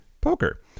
poker